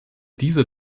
diese